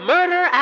Murder